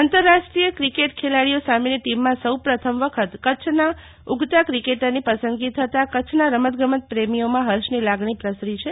આંતરરાષ્ટ્રીય ક્રિકેટ ખેલાડીઓ સામેની ટીમમાં સૌપ્રથમ વખત કચ્છના ઊગતા ક્રિકેટરની પસંદગી થતાં કચ્છના રમતગમતપ્રેમીઓમાં ફર્ષની લાગણી પ્રસરી છે